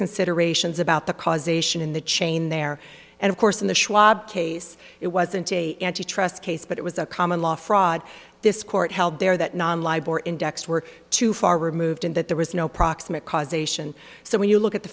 considerations about the causation in the chain there and of course in the schwab case it wasn't a antitrust case but it was a common law fraud this court held there that non libel or index were too far removed and that there was no proximate cause ation so when you look at the